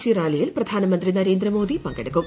C റാലിയിൽ പ്രധാനമന്ത്രി നരേന്ദ്രമോദി പങ്കെടുക്കും